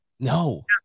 No